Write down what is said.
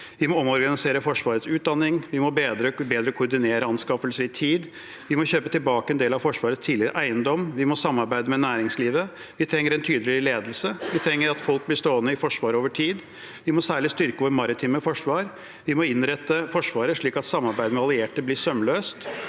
Vi må omorganisere Forsvarets utdanning. – Vi må bedre koordinere anskaffelser i tid. – Vi må kjøpe tilbake en del av Forsvarets tidligere eiendommer. – Vi må samarbeide med næringslivet. – Vi trenger en tydelig ledelse. – Vi trenger at folk blir stående i Forsvaret over tid. – Vi må særlig styrke vårt maritime forsvar. – Vi må innrette Forsvaret slik at samarbeidet med allierte blir sømløst.